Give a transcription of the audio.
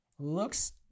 Looks